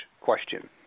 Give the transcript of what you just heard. question